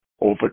over